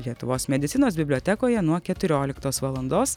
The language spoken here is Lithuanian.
lietuvos medicinos bibliotekoje nuo keturioliktos valandos